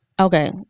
okay